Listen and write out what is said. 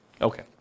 Okay